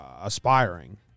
aspiring